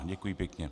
Děkuji pěkně.